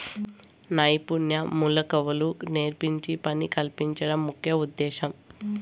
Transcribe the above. నైపుణ్య మెళకువలు నేర్పించి పని కల్పించడం ముఖ్య ఉద్దేశ్యం